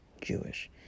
Jewish